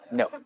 no